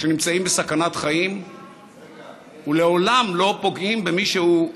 כשנמצאים בסכנת חיים ולעולם לא פוגעים במישהו,